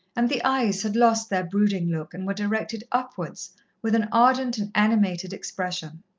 and the eyes had lost their brooding look and were directed upwards with an ardent and animated expression.